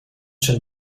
schon